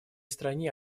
стране